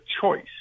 choice